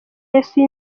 yasuye